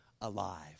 alive